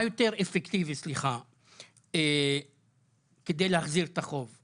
יותר אפקטיבי כדי להחזיר את החוב?